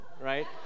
right